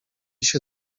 się